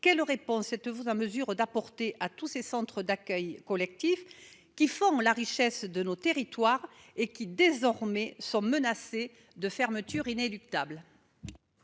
quelles réponses êtes-vous en mesure d'apporter à tous ces centres d'accueil collectif qui font la richesse de nos territoires et qui, désormais, redoutent une fermeture inéluctable ?